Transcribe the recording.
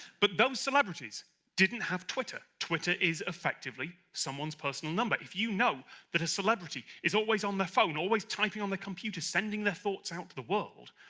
but those celebrities didn't have twitter twitter is effectively someone's personal number if you know that a celebrity is always on their phone always typing on the computer sending their thoughts out to the world.